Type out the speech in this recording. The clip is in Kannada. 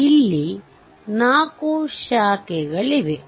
ಇಲ್ಲೇ 4 ಶಾಖೆಗಳಿವೆ